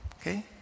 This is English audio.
okay